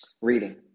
Reading